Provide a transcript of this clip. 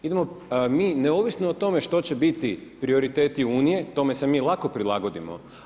Idemo mi neovisno o tome što će biti prioriteti Unije, tome se mi lako prilagodimo.